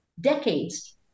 decades